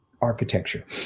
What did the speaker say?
architecture